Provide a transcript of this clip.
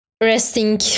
resting